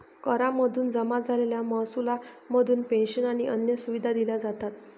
करा मधून जमा झालेल्या महसुला मधून पेंशन आणि अन्य सुविधा दिल्या जातात